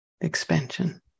expansion